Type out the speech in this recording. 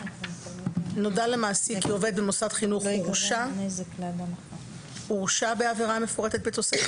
"נודע למעסיק כי עובד במוסד חינוך הורשע בעבירה המפורטת בתוספת